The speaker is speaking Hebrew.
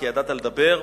כי ידעת לדבר,